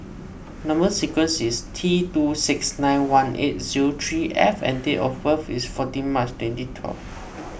Number Sequence is T two six nine one eight zero three F and date of birth is fourteen March twenty twelve